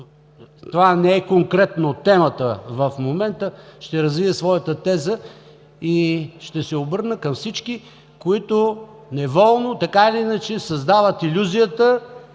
това не е конкретно темата в момента, ще развия своята теза и ще се обърна към всички, които неволно така или иначе създават илюзията,